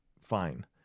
fine